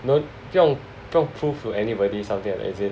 no 不用不用 prove to anybody something like this is it